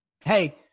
Hey